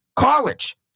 College